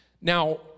Now